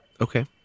Okay